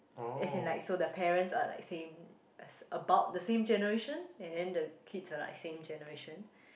as in like so their parents are like same about the same generation and then the kids are like same generation